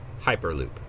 Hyperloop